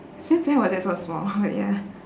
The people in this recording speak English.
since when was it so small but ya